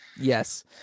Yes